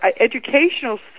educational